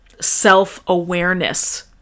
self-awareness